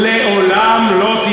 לעולם לא תהיה.